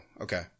okay